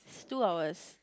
it's two hours